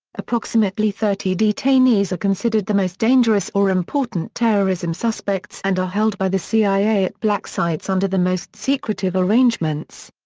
approximately thirty detainees are considered the most dangerous or important terrorism suspects and are held by the cia at black sites under the most secretive arrangements.